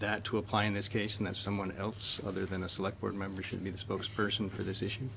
that to apply in this case and that someone else other than a select board member should be the spokesperson for this issue